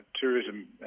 tourism